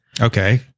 Okay